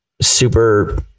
super